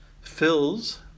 fills